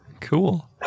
Cool